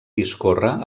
discorre